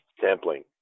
sampling